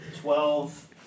Twelve